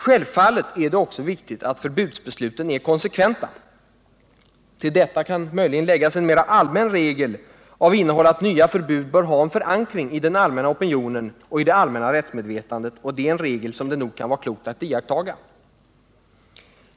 Självfallet är det även viktigt att förbudsbesluten är konsekventa. Till detta kan möjligen läggas en mer använd regel av innehåll att nya förbud bör ha förankring i den allmänna opinionen och i det allmänna rättsmedvetandet, och det är en regel som det kan vara klokt att iaktta.